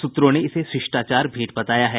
सूत्रों ने इसे शिष्टाचार भेंट बताया है